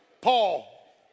Paul